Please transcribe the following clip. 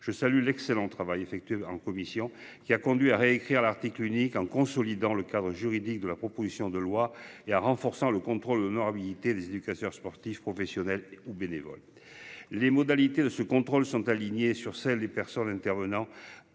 Je salue l'excellent travail effectué en commission qui a conduit à réécrire l'article unique en consolidant le cadre juridique de la proposition de loi et en renforçant le contrôle d'honorabilité. Les éducateurs sportifs professionnels ou bénévoles. Les modalités de ce contrôle sont alignées sur celles des personnes intervenant